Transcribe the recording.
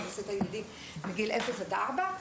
באוכלוסיית הילדים מגיל אפס עד ארבע.